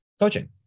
coaching